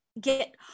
get